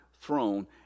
throne